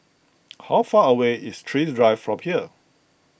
how far away is Thrift Drive from here